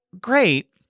great